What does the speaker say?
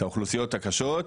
את האוכלוסיות הקשות,